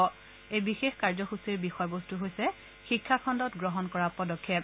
আজিৰ এই বিশেষ কাৰ্যসূচীৰ বিষয় বস্তু হৈছে শিক্ষা খণ্ডত গ্ৰহণ কৰা পদক্ষেপ